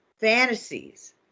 fantasies